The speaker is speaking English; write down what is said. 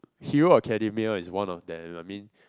Hero-Academia is one of them I mean